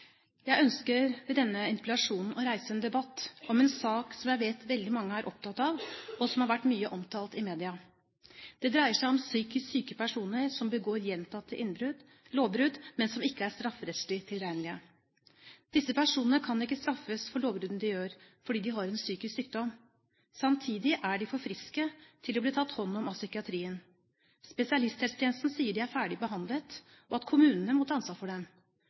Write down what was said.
Jeg ønsker med denne interpellasjonen å reise en debatt om en sak jeg vet veldig mange er opptatt av, og som har vært mye omtalt i media. Det dreier seg om psykisk syke personer, som begår gjentatte lovbrudd, men som ikke er strafferettslig tilregnelige. Disse personene kan ikke straffes for lovbruddene de gjør, fordi de har en psykisk sykdom. Samtidig er de for friske til å bli tatt hånd om av psykiatrien. Spesialisthelsetjenesten sier de er ferdig behandlet, og at kommunene må ta ansvaret for